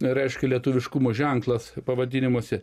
reiškia lietuviškumo ženklas pavadinimuose